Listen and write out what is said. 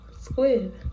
squid